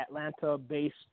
Atlanta-based